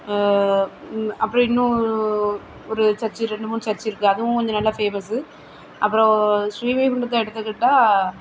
இன் அப்பறம் இன்னும் ஒரு ஒரு சர்ச்சு ரெண்டு மூணு சர்ச்சு இருக்குது அதுவும் கொஞ்சம் நல்லா ஃபேமஸ்ஸு அப்பறம் ஸ்ரீ வைகுண்டத்தை எடுத்துக்கிட்டால்